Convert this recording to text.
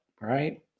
right